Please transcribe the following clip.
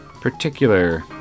particular